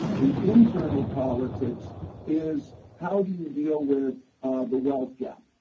the internal politics is, how do you deal with the wealth gap?